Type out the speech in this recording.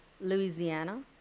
Louisiana